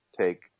take